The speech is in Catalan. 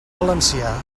valencià